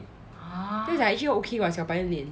他就加了一句 okay bah 小白脸